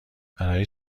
برای